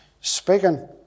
speaking